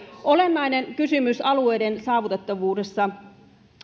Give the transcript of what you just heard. olennainen kysymys alueiden saavutettavuudessa